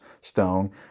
stone